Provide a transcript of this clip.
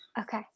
Okay